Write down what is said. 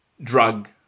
drug